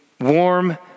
warm